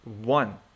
one